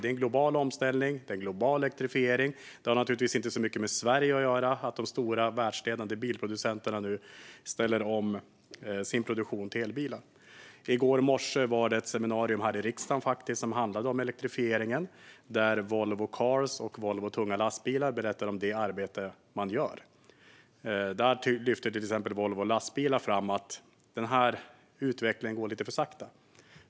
Det är en global omställning. Det är en global elektrifiering. Det har naturligtvis inte så mycket med Sverige att göra att de stora världsledande bilproducenterna nu ställer om sin produktion till elbilar. I går morse var det ett seminarium här i riksdagen som handlade om elektrifieringen. Volvo Cars och Volvo Lastvagnar berättade om det arbete de gör. Volvo Lastvagnar lyfte till exempel fram att utvecklingen går lite för sakta.